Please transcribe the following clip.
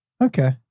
Okay